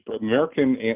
American